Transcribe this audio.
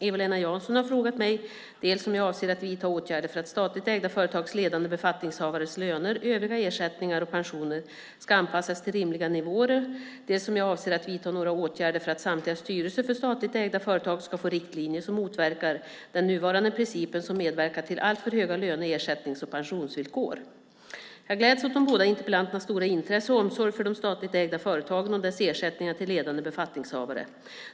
Eva-Lena Jansson har frågat mig dels om jag avser att vidta åtgärder för att statligt ägda företags ledande befattningshavares löner, övriga ersättningar och pensioner ska anpassas till rimliga nivåer, dels om jag avser att vidta några åtgärder för att samtliga styrelser för statligt ägda företag ska få riktlinjer som motverkar den nuvarande principen som medverkar till alltför höga löne-, ersättnings och pensionsvillkor. Jag gläds åt de båda interpellanternas stora intresse för och omsorg om de statligt ägda företagen och dess ersättningar till ledande befattningshavare.